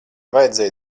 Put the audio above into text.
vajadzēja